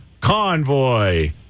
Convoy